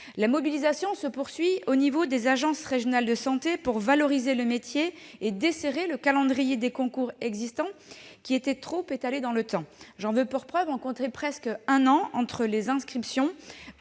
La mobilisation continue au niveau des agences régionales de santé (ARS) pour valoriser le métier et desserrer le calendrier des concours existants, qui était trop étalé dans le temps. J'en veux pour preuve qu'il fallait attendre près d'un an entre son inscription